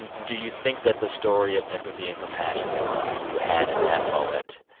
and do you think that the story of empathy and compassion that you had in that moment